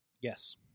Yes